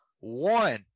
one